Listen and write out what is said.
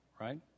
right